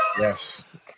yes